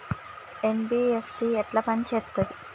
NBFC ఎట్ల పని చేత్తది?